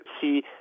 see